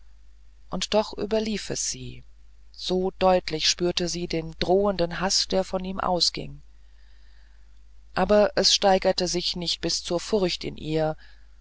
und doch überlief es sie so deutlich spürte sie den drohenden haß der von ihm ausging aber es steigerte sich nicht bis zur furcht in ihr